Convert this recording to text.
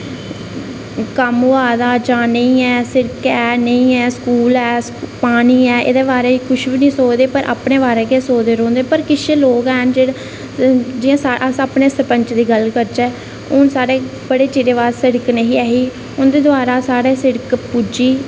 कम्म होऐ आए दा जां नेईं ऐ सिड़कै ऐ निं ऐ स्कूल ऐ पानी ऐ एह्दे बारे ई कुछ निं सोचदे पर अपने बारे ई सोचदे रौंह्दे पर किश लोक हैन जेह्ड़े सोचदे जियां अस अपने सरपैंच दी गल्ल करचै हून साढ़े बड़े चिरें बाद सिड़क निं ही उं'दे द्वारा साढ़ै सिड़क पुज्जी